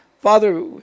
Father